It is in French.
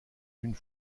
d’une